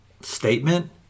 statement